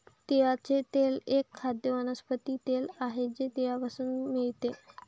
तिळाचे तेल एक खाद्य वनस्पती तेल आहे जे तिळापासून मिळते